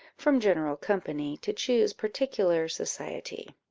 from general company, to choose particular society.